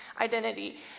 identity